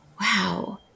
Wow